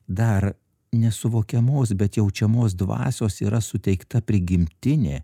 dar nesuvokiamos bet jaučiamos dvasios yra suteikta prigimtinė